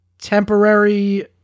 temporary